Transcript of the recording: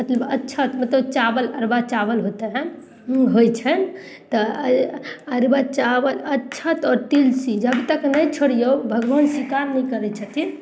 मतलब अच्छत मतलब चावल अरवा चावल होता हइ उ होइ छनि तऽ अरवा चावल अच्छत आओर तुलसी जब तक नहि छोड़ियौ भगवान स्वीकार नहि करय छथिन